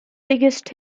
biggest